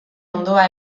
hondoa